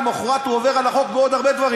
למחרת הוא עובר על החוק בעוד הרבה דברים.